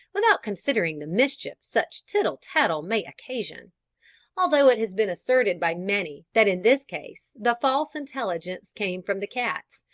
without considering the mischief such tittle-tattle may occasion although it has been asserted by many that in this case the false intelligence came from the cats,